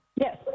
Yes